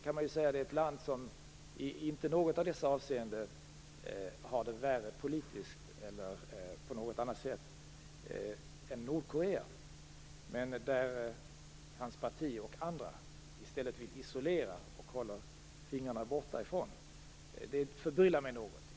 Det är ett land som inte i något av dessa avseenden har det värre politiskt än Nordkorea. Men Karl-Göran Biörsmarks parti vill isolera och hålla fingrarna borta. Det förbryllar mig något.